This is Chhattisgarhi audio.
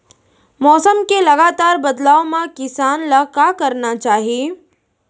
मौसम के लगातार बदलाव मा किसान ला का करना चाही?